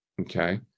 okay